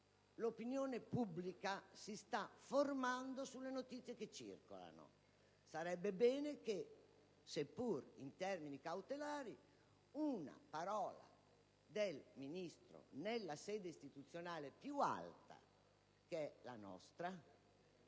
l'opinione pubblica si sta formando sulle notizie che circolano. Sarebbe bene che, seppur in termini cautelari, una parola del Ministro nella sede istituzionale più alta, che è la nostra,